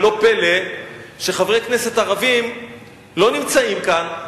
ולא פלא שחברי כנסת ערבים לא נמצאים כאן,